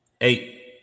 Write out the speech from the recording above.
Eight